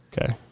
Okay